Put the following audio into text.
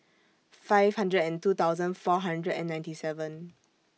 five hundred and two thousand four hundred and ninety seven